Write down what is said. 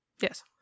yes